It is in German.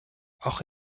auch